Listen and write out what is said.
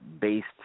based